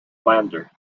lander